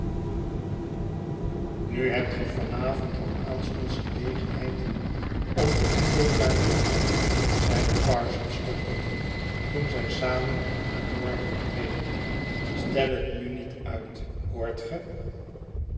nu hebt ge van avond al aanstonds gelegenheid om u te ddclareeren zeide parsons tot tottle toen zij samen naar noorwood reden stel het nu niet uit hoort ge